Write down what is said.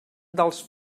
dels